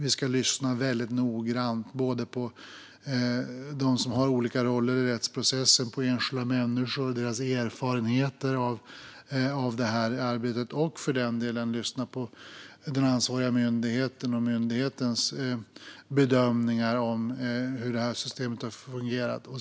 Vi ska lyssna väldigt noggrant på dem som har olika roller i rättsprocessen, på enskilda människor och deras erfarenheter av detta arbete och, för den delen, på den ansvariga myndighetens bedömningar av hur systemet har fungerat.